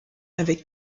avec